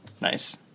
Nice